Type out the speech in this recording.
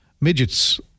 midgets